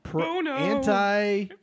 Anti